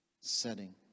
setting